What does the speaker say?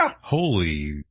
Holy